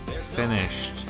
finished